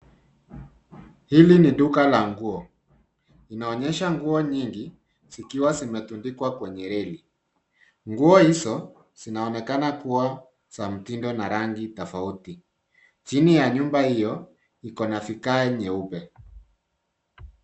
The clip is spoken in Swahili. Hili ni duka la nguo, inaonyesha nguo nyingi zikiwa zimetundikwa kwenye reli. Nguo hizo zinaonekana kuwa za mtindo na rangi tofauti. Chini ya nyumba hiyo iko na vigae nyeupe.